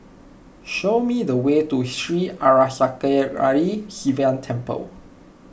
show me the way to Sri Arasakesari Sivan Temple